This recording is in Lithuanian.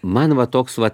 man va toks vat